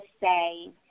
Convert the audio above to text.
say